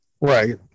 Right